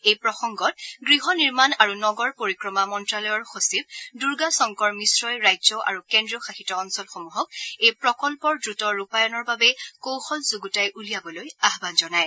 এই প্ৰসংগত গৃহ নিৰ্মাণ আৰু নগৰ পৰিক্ৰমা মন্ত্ৰ্যালয়ৰ সচিব দুৰ্গা শংকৰ মিশ্ৰই ৰাজ্য আৰু কেন্দ্ৰীয় শাসিত অঞ্চলসমূহক এই প্ৰকল্পৰ দ্ৰুত ৰূপায়ণৰ বাবে কৌশল যুগুতাই উলিয়াবলৈ আহবান জনায়